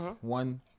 one